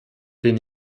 den